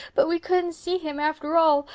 but we couldn't see him after all,